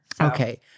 okay